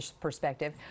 perspective